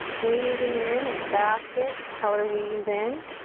weaving it in, it's a basket the color weaves in.